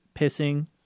pissing